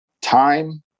time